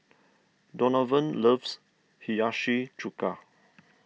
Donavon loves Hiyashi Chuka